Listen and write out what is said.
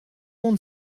monde